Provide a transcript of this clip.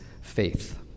faith